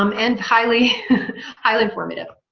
um and highly highly informative